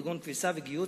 כגון כביסה וגיהוץ,